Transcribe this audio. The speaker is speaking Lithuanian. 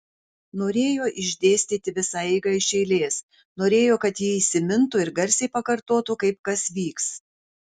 norėjo išdėstyti visą eigą iš eilės norėjo kad ji įsimintų ir garsiai pakartotų kaip kas vyks